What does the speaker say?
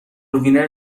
وینر